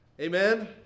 amen